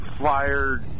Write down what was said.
fired